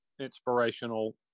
inspirational